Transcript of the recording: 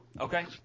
Okay